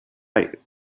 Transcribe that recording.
right